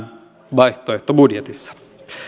vaihtoehtobudjetissamme